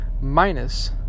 minus